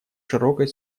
широкой